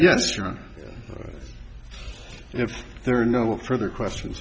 yes sure and if there are no further question